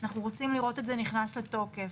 אנחנו רוצים לראות את זה נכנס לתוקף.